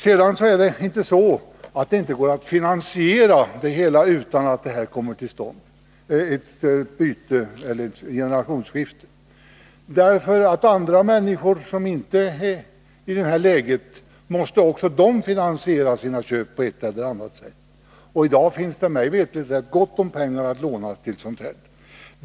Sedan är det inte så, att finansieringsfrågan är olöslig även om inte förslaget i utskottsinitiativet genomförs. Andra människor som inte är i det här läget måste också finansiera sina köp på ett eller annat sätt. I dag finns det mig veterligt rätt gott om pengar att låna till sådant här.